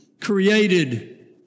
created